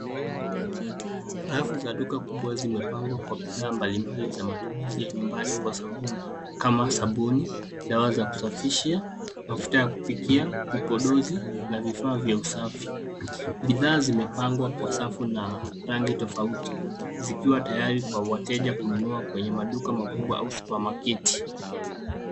Rafu za duka kubwa zimepangwa kwa bidhaa mbalimbali za matumizi ya nyumbani kwa sabuni kama sabuni, dawa za kusafisha, mafuta ya kupikia, vipodozi na vifaa vya usafi. Bidhaa zimepangwa kwa safu na rangi tofauti zikiwa tayari kwa wateja kununua kwenye maduka makubwa au supamaketi.